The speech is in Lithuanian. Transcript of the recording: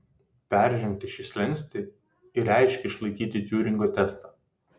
peržengti šį slenkstį ir reiškė išlaikyti tiuringo testą